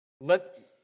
Let